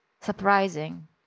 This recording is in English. surprising